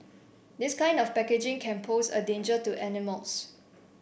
this kind of packaging can pose a danger to animals